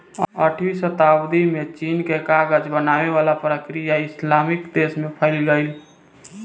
आठवीं सताब्दी में चीन के कागज बनावे वाला प्रक्रिया इस्लामिक देश में फईल गईल